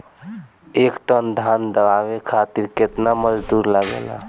एक टन धान दवावे खातीर केतना मजदुर लागेला?